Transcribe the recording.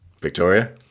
Victoria